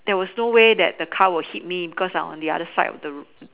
there was no way that the car will hit me because I on the other side of the road